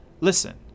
Listen